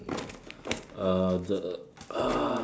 uh the